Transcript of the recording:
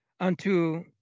Unto